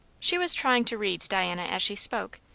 she was trying to read diana as she spoke,